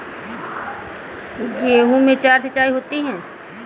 गेहूं में चार सिचाई होती हैं